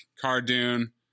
Cardoon